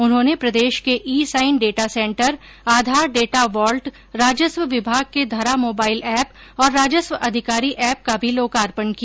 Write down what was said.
उन्होंने प्रदेश के e sign data centre Aadhaar data vault राजस्व विभाग के धरा मोबाइल एप और राजस्व अधिकारी एप का भी लोकार्पण किया